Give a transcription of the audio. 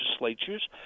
legislatures